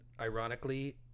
ironically